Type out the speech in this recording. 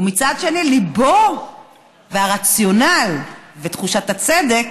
ומצד שני, ליבו והרציונל ותחושת הצדק